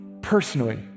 personally